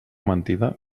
mentida